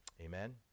Amen